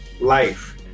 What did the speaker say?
life